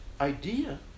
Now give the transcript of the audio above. idea